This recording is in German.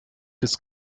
des